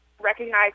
recognize